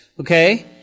Okay